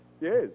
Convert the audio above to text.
Yes